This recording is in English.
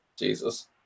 Jesus